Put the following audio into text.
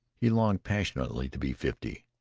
he longed passionately to be fifty.